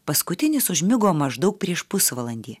paskutinis užmigo maždaug prieš pusvalandį